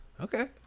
Okay